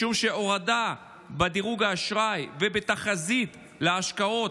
משום שהורדה בדירוג האשראי ובתחזית להשקעות